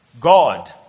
God